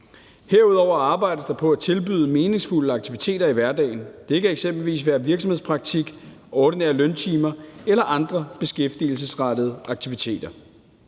Herudover arbejdes der på at tilbyde meningsfulde aktiviteter i hverdagen. Det kan eksempelvis være virksomhedspraktik, ordinære løntimer eller andre beskæftigelsesrettede aktiviteter.